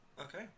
Okay